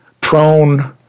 prone